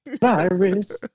virus